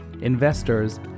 investors